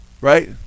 Right